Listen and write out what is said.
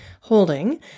holding